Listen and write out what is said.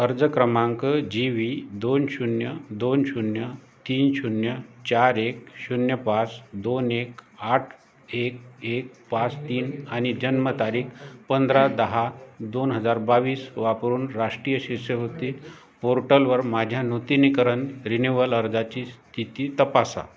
अर्ज क्रमांक G V दोन शून्य दोन शून्य तीन शून्य चार एक शून्य पाच दोन एक आठ एक एक पाच तीन आणि जन्मतारीख पंधरा दहा दोन हजार बावीस वापरून राष्ट्रीय शिष्यवृत्ती पोर्टलवर माझ्या नूतनीकरण रिन्युवल अर्जाची स्थिती तपासा